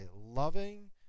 loving